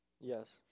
Yes